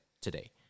today